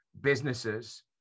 businesses